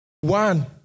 One